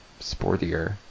sportier